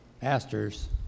pastors